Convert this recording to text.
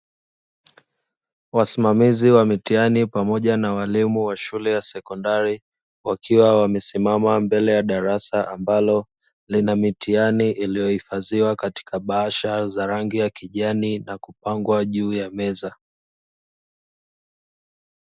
Wasimamizi wa mitihani pamoja na walimu wa shule ya sekondari, wakiwa wamesimama mbele ya darasa ambalo lina mitihani iliyohifadhiwa katika bahasha za rangi ya kijani na kupangwa juu ya meza.